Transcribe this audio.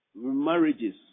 marriages